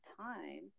time